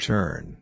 Turn